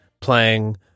playing